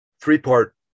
three-part